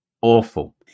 awful